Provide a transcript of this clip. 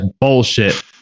bullshit